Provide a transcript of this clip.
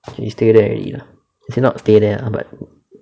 stay there already lah as in not stay there lah but